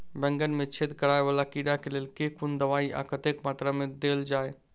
बैंगन मे छेद कराए वला कीड़ा केँ लेल केँ कुन दवाई आ कतेक मात्रा मे देल जाए?